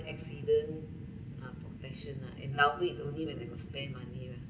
accident ah protection lah endowment it's only when they will spend money leh